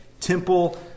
Temple